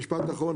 משפט אחרון,